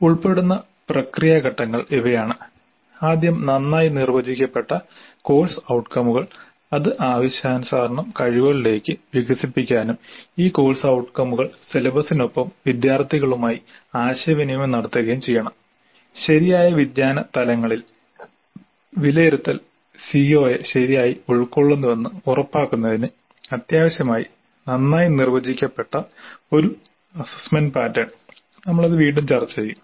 ഉൾപ്പെടുന്ന പ്രക്രിയ ഘട്ടങ്ങൾ ഇവയാണ് ആദ്യം നന്നായി നിർവചിക്കപ്പെട്ട കോഴ്സ് ഔട്കമുകൾ അത് ആവശ്യാനുസരണം കഴിവുകളിലേക്ക് വികസിപ്പിക്കാനും ഈ കോഴ്സ് ഔട്കമുകൾ സിലബസിനൊപ്പം വിദ്യാർത്ഥികളുമായി ആശയവിനിമയം നടത്തുകയും ചെയ്യണം ശരിയായ വിജ്ഞാന തലങ്ങളിൽ വിലയിരുത്തൽ സിഒയെ ശരിയായി ഉൾക്കൊള്ളുന്നുവെന്ന് ഉറപ്പാക്കുന്നതിന് അത്യാവശ്യമായി നന്നായി നിർവചിക്കപ്പെട്ട ഒരു അസ്സസ്സ്മെന്റ് പാറ്റേൺ നമ്മൾ അത് വീണ്ടും ചർച്ച ചെയ്യും